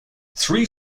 three